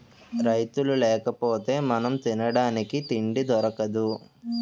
రైతులు లేకపోతె మనం తినడానికి తిండి దొరకదు